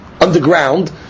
underground